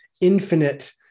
infinite